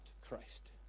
Christ